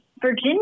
Virginia